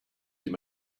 him